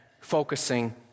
focusing